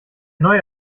neue